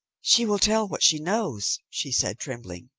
she will tell what she knows, she said, trembling.